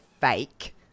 fake